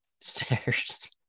Stairs